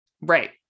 Right